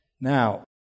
Now